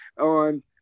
on